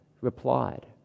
replied